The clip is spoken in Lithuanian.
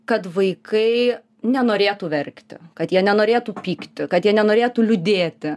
kad vaikai nenorėtų verkti kad jie nenorėtų pykti kad jie nenorėtų liūdėti